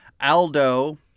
Aldo